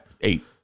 Eight